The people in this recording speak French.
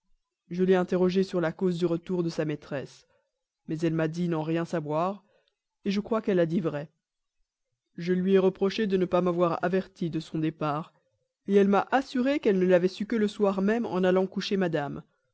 je l'ai interrogée sur la cause du retour de sa maîtresse mais elle m'a dit n'en rien savoir je crois qu'elle a dit vrai je lui ai reproché de ne m'avoir pas averti de son départ elle m'a assuré qu'elle ne l'avait su que le soir même en allant coucher madame